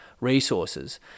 resources